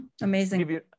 Amazing